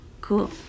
Cool